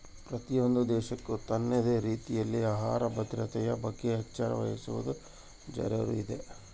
ಪ್ರತಿಯೊಂದು ದೇಶಕ್ಕೂ ತನ್ನದೇ ರೀತಿಯಲ್ಲಿ ಆಹಾರ ಭದ್ರತೆಯ ಬಗ್ಗೆ ಎಚ್ಚರ ವಹಿಸುವದು ಜರೂರು ಇದೆ